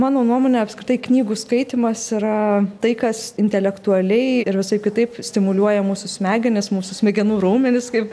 mano nuomone apskritai knygų skaitymas yra tai kas intelektualiai ir visaip kitaip stimuliuoja mūsų smegenis mūsų smegenų raumenis kaip